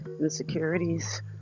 insecurities